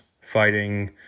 fighting